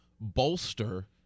Bolster